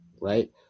right